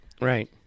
right